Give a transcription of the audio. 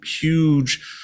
huge